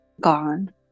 gone